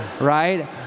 right